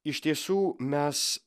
iš tiesų mes